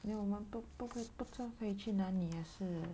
then 我们都不会不知道可以去那里也是